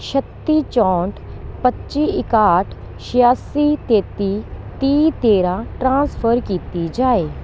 ਛੱਤੀ ਚੌਂਹਠ ਪੱਚੀ ਇੱਕਾਹਠ ਛਿਆਸੀ ਤੇਤੀ ਤੀਹ ਤੇਰਾਂ ਟ੍ਰਾਂਸਫਰ ਕੀਤੀ ਜਾਵੇ